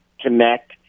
connect